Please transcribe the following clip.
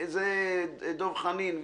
דב חנין,